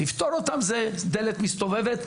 לפטור אותם זה דלת מסתובבת,